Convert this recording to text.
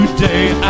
Today